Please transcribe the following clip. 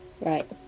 Right